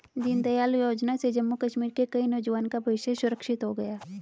दीनदयाल योजना से जम्मू कश्मीर के कई नौजवान का भविष्य सुरक्षित हो गया